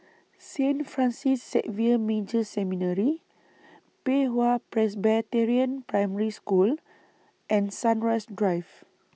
Saint Francis Xavier Major Seminary Pei Hwa Presbyterian Primary School and Sunrise Drive